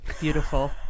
beautiful